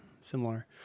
similar